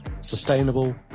sustainable